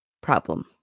problem